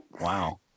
Wow